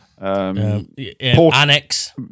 Annex